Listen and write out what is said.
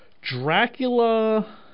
Dracula